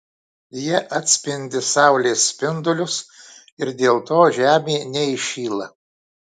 jie atspindi saulės spindulius ir dėl to žemė neįšyla